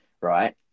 right